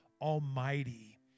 almighty